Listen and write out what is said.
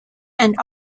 and